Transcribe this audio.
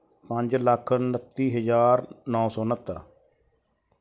ਪੰਜ ਲੱਖ ਉਨੱਤੀ ਹਜ਼ਾਰ ਨੌਂ ਸੌ ਉਣਹੱਤਰ